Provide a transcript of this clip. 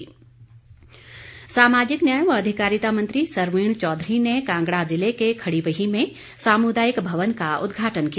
सरवीण चौधरी सामाजिक न्याय व अधिकारिता मंत्री सरवीण चौधरी ने कांगड़ा जिले के खड़ीवही में सामुदायिक भवन का उदघाटन किया